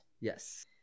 Yes